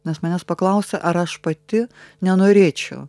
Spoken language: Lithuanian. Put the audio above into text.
nes manęs paklausė ar aš pati nenorėčiau